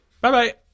Bye-bye